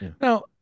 Now